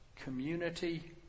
community